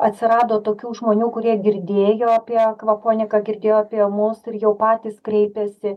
atsirado tokių žmonių kurie girdėjo apie akvoponiką girdėjo apie mus ir jau patys kreipiasi